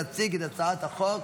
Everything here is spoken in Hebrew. להציג את הצעת החוק,